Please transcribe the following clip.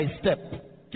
Step